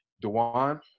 Dewan